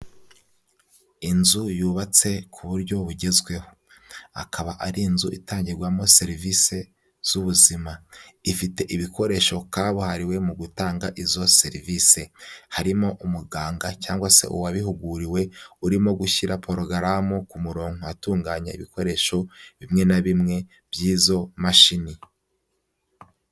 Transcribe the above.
Inzu yubatse ku buryo bugezweho, akaba ari inzu itangirwamo serivise z'ubuzima, ifite ibikoresho kabuhariwe mu gutanga izo serivise, harimo umuganga cyangwa se uwabihuguriwe, urimo gushyira porogaramu ku murongo atunganya ibikoresho bimwe na bimwe by'izo mashini.